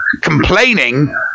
complaining